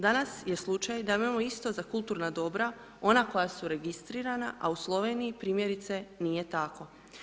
Danas je slučaj da imamo isto za kulturna dobra, ona koja su registrirana a u Sloveniji primjerice nije tako.